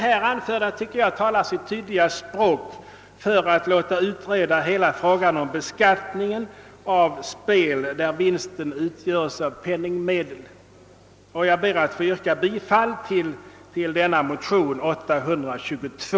Jag tycker det anförda talar sitt tydliga språk och visar att man bör utreda hela frågan om beskattningen av spel där vinsten utgörs av penningmedel. Jag ber därför att få yrka bifall till motion II: 822.